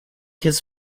his